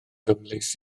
gyfleus